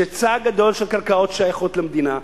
יש היצע גדול של קרקעות ששייכות למדינה.